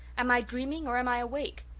am i dreaming or am i awake?